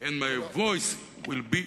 and my voice will be,